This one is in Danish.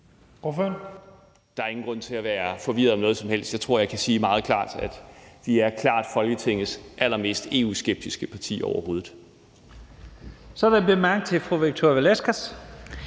Der er ingen grund til at være forvirret over noget som helst. Jeg tror, jeg kan sige meget klart, at vi klart er Folketingets allermest EU-skeptiske parti overhovedet. Kl. 12:44 Første næstformand (Leif